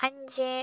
അഞ്ച്